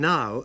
Now